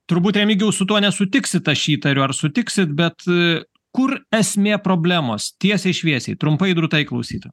turbūt remigijau su tuo nesutiksite aš įtariu ar sutiksit bet kur esmė problemos tiesiai šviesiai trumpai drūtai klausytojam